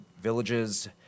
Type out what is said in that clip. villages